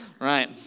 Right